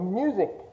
music